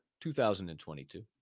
2022